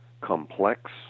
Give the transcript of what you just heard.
complex